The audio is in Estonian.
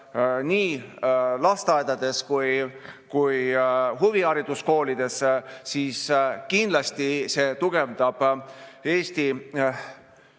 nii lasteaedades kui ka huvihariduskoolides, siis kindlasti see tugevdab Eesti